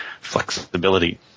flexibility